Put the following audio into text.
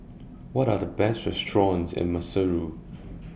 What Are The Best restaurants in Maseru